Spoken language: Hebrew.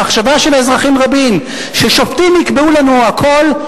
המחשבה של אזרחים רבים, ששופטים יקבעו לנו הכול,